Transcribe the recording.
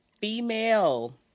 female